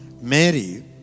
Mary